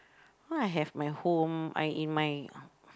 all I have my home I in my